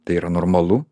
tai yra normalu